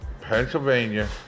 Pennsylvania